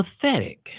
pathetic